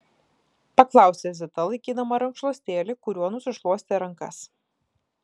paklausė zita laikydama rankšluostėlį kuriuo nusišluostė rankas